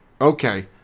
Okay